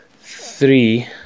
three